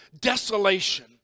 desolation